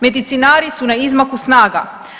Medicinari su na izmaku naga.